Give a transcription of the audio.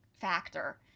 factor